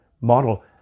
model